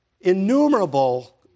innumerable